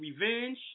revenge